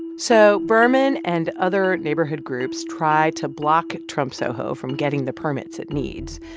so berman and other neighborhood groups try to block trump soho from getting the permits it needs.